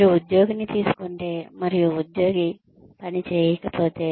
మీరు ఉద్యోగిని తీసుకుంటే మరియు ఉద్యోగి పని చేయకపోతే